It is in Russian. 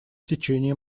течение